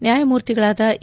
ನ್ಡಾಯಮೂರ್ತಿಗಳಾದ A